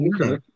okay